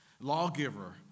lawgiver